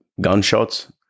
gunshots